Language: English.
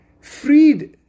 freed